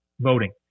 voting